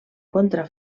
contra